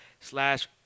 slash